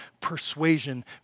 persuasion